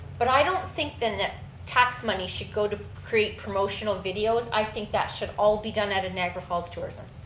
but i don't think then that tax money should go to create promotional videos. i think that should all be done at niagara falls tourism.